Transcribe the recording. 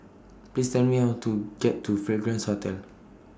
Please Tell Me How to get to Fragrance Hotel